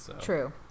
True